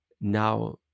Now